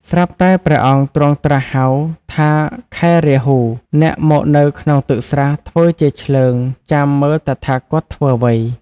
ស្រាប់តែព្រះអង្គទ្រង់ត្រាស់ហៅថា "ខែរាហូ! អ្នកមកនៅក្នុងទឹកស្រះធ្វើជាឈ្លើងចាំមើលតថាគតធ្វើអ្វី?។